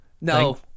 No